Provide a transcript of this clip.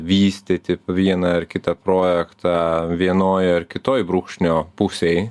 vystyti vieną ar kitą projektą vienoj ar kitoj brūkšnio pusėj